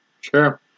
Sure